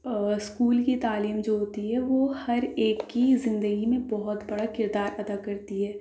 اور اسکول کی تعلیم جو ہوتی ہے وہ ہر ایک کی زندگی میں بہت بڑا کردار ادا کرتی ہے